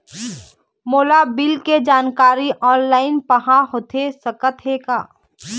मोला बिल के जानकारी ऑनलाइन पाहां होथे सकत हे का?